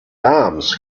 arms